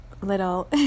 little